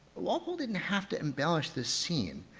walpole didn't have to embellish this scene.